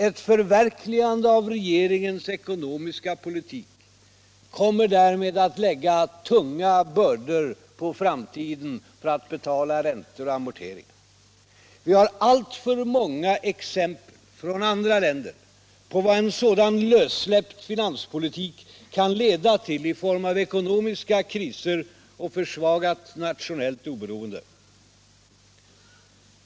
Ett förverkligande av regeringens ekonomiska politik kommer därmed att lägga tunga bördor på framtiden för att betala räntor och amorteringar. Vi har alltför många exempel från andra länder på vad en sådan lössläppt finanspolitik kan leda till i form av ekonomiska kriser och försvagat nationellt oberoende.